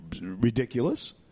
ridiculous